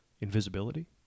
invisibility